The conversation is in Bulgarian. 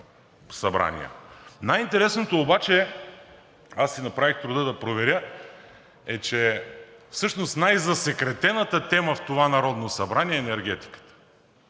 Най-интересното обаче, аз си направих труда да проверя, е, че всъщност най-засекретената тема в това Народно събрание е енергетиката.